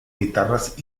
guitarras